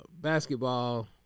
basketball